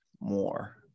more